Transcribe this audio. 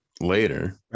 later